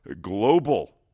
global